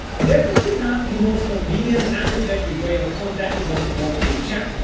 definitely not the most convenient and effective way of contacting the support through chat.